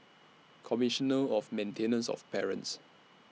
Commissioner of Maintenance of Parents